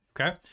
Okay